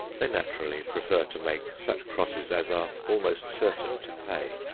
they naturally prefer to make such crosses as are almost certain to pay.